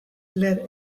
let